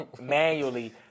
manually